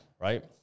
Right